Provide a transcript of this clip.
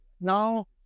now